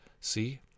See